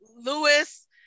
lewis